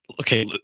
okay